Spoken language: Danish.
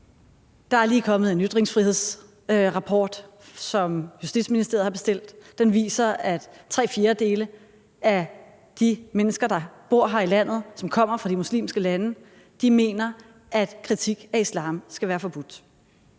Der er lige kommet en ytringsfrihedsrapport, som Justitsministeriet har bestilt. Den viser, at tre fjerdedele af de mennesker, der bor her i landet, og som kommer fra de muslimske lande, mener, at kritik af islam skal være forbudt.